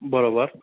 बरोबर